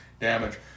damage